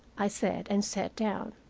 i said, and sat down.